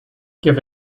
give